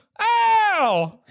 Ow